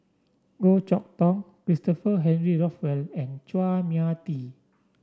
Goh Chok Tong Christopher Henry Rothwell and Chua Mia Tee